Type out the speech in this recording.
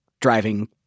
driving